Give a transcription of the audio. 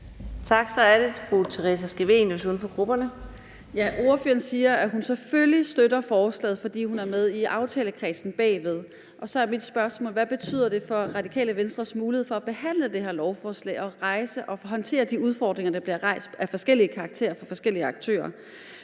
Tak. Så er det fru Theresa Scavenius, uden for grupperne. Kl. 15:49 Theresa Scavenius (UFG): Ordføreren siger, at hun selvfølgelig støtter forslaget, fordi hun er med i aftalekredsen bagved. Og så er mit spørgsmål: Hvad betyder det for Radikale Venstres mulighed for at behandle det her lovforslag at håndtere de udfordringer af forskellig karakter, der bliver rejst af forskellige aktører?